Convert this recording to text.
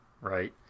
right